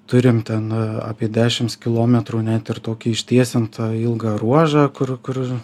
turim ten apie dešims kilometrų net ir tokį ištiesintą ilgą ruožą kur kur